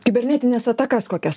kibernetines atakas kokias